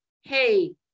Hey